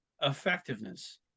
effectiveness